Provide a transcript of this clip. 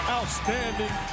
Outstanding